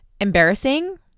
Embarrassing